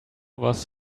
was